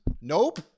Nope